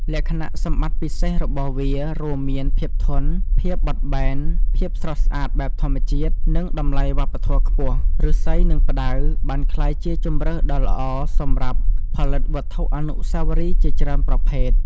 លក្ខណៈសម្បត្តិពិសេសរបស់វា រួមមានភាពធន់ ភាពបត់បែន ភាពស្រស់ស្អាតបែបធម្មជាតិ និងតម្លៃវប្បធម៌ខ្ពស់ ឫស្សី និងផ្តៅបានក្លាយជាជម្រើសដ៏ល្អសម្រាប់ផលិតវត្ថុអនុស្សាវរីយ៍ជាច្រើនប្រភេទ។